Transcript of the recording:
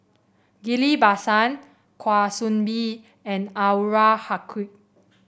Ghillie Basan Kwa Soon Bee and Anwarul Haque